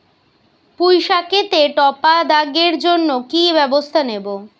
পুই শাকেতে টপা দাগের জন্য কি ব্যবস্থা নেব?